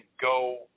go